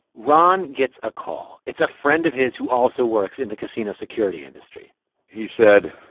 ron gets a call. it's a friend of his who also works in the casino security industry he said,